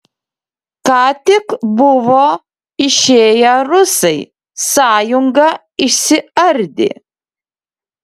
ką tik buvo išėję rusai sąjunga išsiardė